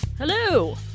Hello